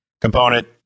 component